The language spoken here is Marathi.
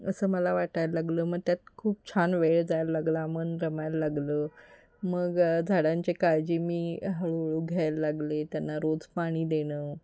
असं मला वाटायला लागलं मग त्यात खूप छान वेळ जायला लागला मन रमायला लागलं मग झाडांची काळजी मी हळूहळू घ्यायला लागले त्यांना रोज पाणी देणं